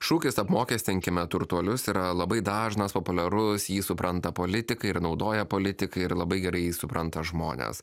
šūkis apmokestinkime turtuolius yra labai dažnas populiarus jį supranta politikai ir naudoja politikai ir labai gerai jį supranta žmonės